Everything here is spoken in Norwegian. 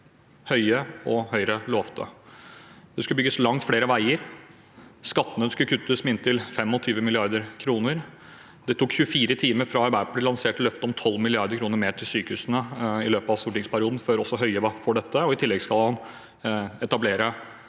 Høie og Høyre lovte. Det skulle bygges langt flere veier, skattene skulle kuttes med inntil 25 mrd. kr, og det tok 24 timer fra Arbeiderpartiet lanserte løftet om 12 mrd. kr mer til sykehusene i løpet av stortingsperioden, også Høie var for dette. I tillegg skal han etablere